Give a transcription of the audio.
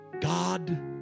God